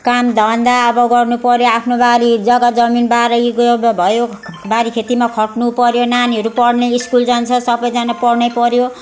काम धन्दा अब गर्नु पर्यो आफ्नो बारी जगा जमिन बारी जगा भयो बारी खेतीमा खट्नु पर्यो नानीहरू पढ्ने स्कुल जान्छ सबजना पढ्न पर्यो